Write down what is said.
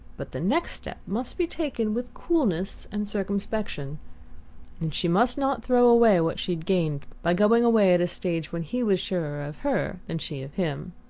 but the next step must be taken with coolness and circumspection and she must not throw away what she had gained by going away at a stage when he was surer of her than she of him.